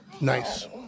Nice